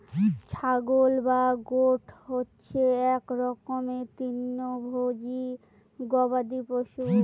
ছাগল বা গোট হচ্ছে এক রকমের তৃণভোজী গবাদি পশু